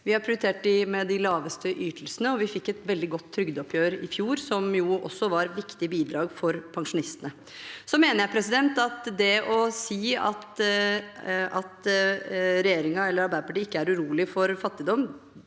Vi har prioritert dem med de laveste ytelsene, og vi fikk et veldig godt trygdeoppgjør i fjor, som jo også var et viktig bidrag for pensjonistene. Jeg mener at det å si at regjeringen eller Arbeiderpartiet ikke er urolig for fattigdom,